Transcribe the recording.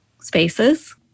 spaces